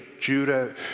Judah